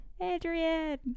Adrian